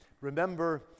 remember